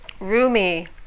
Rumi